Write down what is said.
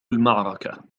المعركة